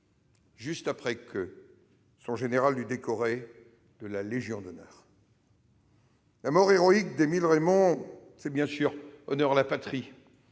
heures, après que son général l'eut décoré de la Légion d'honneur. La mort héroïque d'Émile Reymond fait honneur à la patrie,